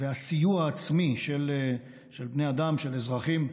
והסיוע העצמי של בני אדם, של אזרחים,